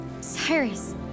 Cyrus